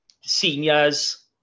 seniors